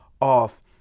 off